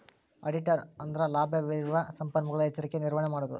ಆಡಿಟರ ಅಂದ್ರಲಭ್ಯವಿರುವ ಸಂಪನ್ಮೂಲಗಳ ಎಚ್ಚರಿಕೆಯ ನಿರ್ವಹಣೆ ಮಾಡೊದು